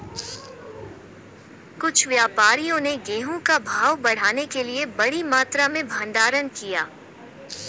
कुछ व्यापारियों ने गेहूं का भाव बढ़ाने के लिए बड़ी मात्रा में भंडारण किया